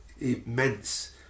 immense